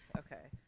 okay.